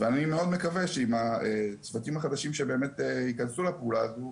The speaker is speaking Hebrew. אני מאוד מקווה שעם הצוותים החדשים שבאמת ייכנסו לפעולה הזו,